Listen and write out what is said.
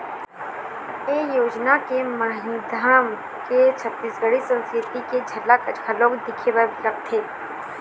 ए योजना के माधियम ले छत्तीसगढ़ी संस्कृति के झलक घलोक दिखे बर धर लेथे